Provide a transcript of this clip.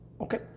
Okay